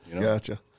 Gotcha